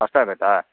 ಅಷ್ಟು ಆಗುತ್ತಾ